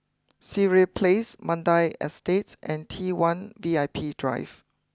Sireh place Mandai Estate and T one V I P Drive